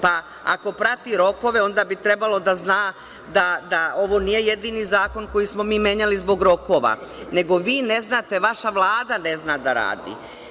Pa ako prati rokove onda bi trebalo da zna da ovo nije jedini zakon koji smo mi menjali zbog rokova, nego vi ne znate, vaša Vlada ne zna da radi.